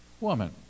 woman